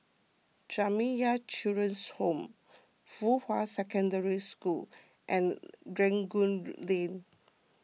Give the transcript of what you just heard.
Jamiyah Children's Home Fuhua Secondary School and Rangoon Lane